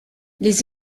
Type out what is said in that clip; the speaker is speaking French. les